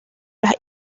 las